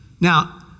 Now